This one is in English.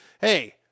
hey